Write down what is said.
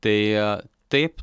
tai taip